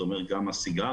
זה אומר גם הסיגריות,